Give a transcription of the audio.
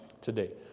today